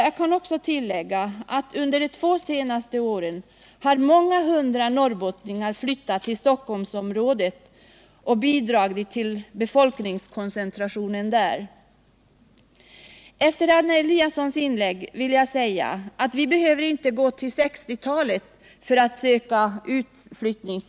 Jag kan också tillägga att under de två senaste åren har många hundra norrbottningar flyttat till Stockholmsområdet och bidragit till befolkningskoncentrationen där. Med anledning av Anna Eliassons inlägg i debatten vill jag säga att vi inte behöver gå till 1960-talet för att få fram siffror på utflyttningen.